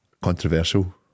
controversial